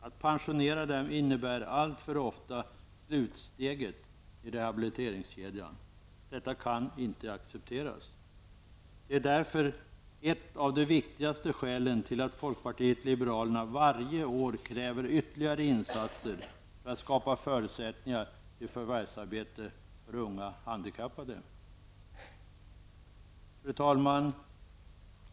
Att pensionera dem innebär alltför ofta slutsteget i rehabiliteringskedjan. Detta kan inte accepteras. Det är därför ett av de viktigaste skälen till att folkpartiet liberalerna varje år kräver ytterligare insatser för att skapa förutsättningar till förvärvsarbete för unga handikappade. Fru talman!